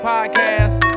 Podcast